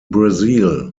brazil